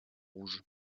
rouge